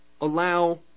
allow